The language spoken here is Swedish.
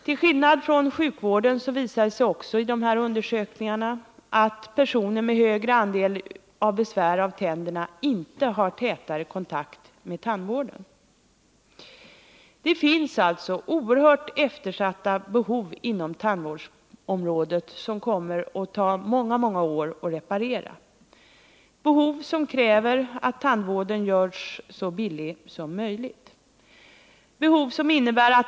Till skillnad från vad som gäller för sjukvården visar det sig också i dessa undersökningar att personer med högre andel av besvär av tänderna inte har tätare kontakt med tandvården än andra människor har. Det finns alltså oerhört eftersatta behov inom tandvårdsområdet, som det kommer att ta många år att reparera, behov som kräver att tandvården görs så billig som möjligt.